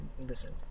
listen